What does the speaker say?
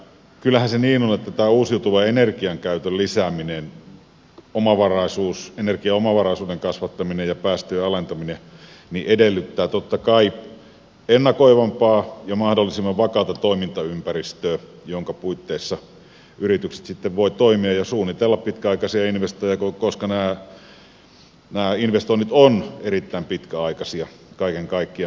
kyllähän se niin on että tämän uusiutuvan energian käytön lisääminen energiaomavaraisuuden kasvattaminen ja päästöjen alentaminen edellyttää totta kai ennakoivampaa ja mahdollisimman vakaata toimintaympäristöä jonka puitteissa yritykset sitten voivat toimia ja suunnitella pitkäaikaisia investointeja koska nämä investoinnit ovat erittäin pitkäaikaisia kaiken kaikkiaan pitkäkestoisia